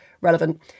relevant